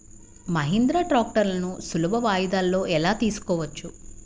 మహీంద్రా ట్రాక్టర్లను సులభ వాయిదాలలో ఎలా తీసుకోవచ్చు?